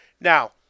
Now